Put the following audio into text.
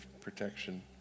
protection